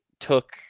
Took